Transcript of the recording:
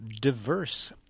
diverse